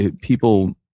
people